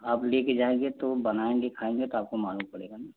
आप लेकर जाएँगे तो बनाएँगे खाएँगे तो आपको मालूम पड़ेगा ना